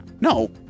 No